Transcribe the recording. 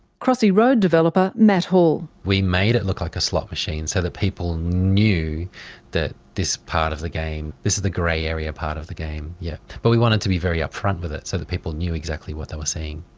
crossy road developer matt hall. we made it look like a slot machine so that people knew that this part of the game, this is the grey area part of the game, yeah, but we wanted to be very upfront with it so that people knew exactly what they were seeing.